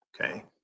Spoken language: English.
Okay